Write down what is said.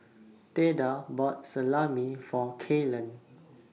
Theda bought Salami For Kaylen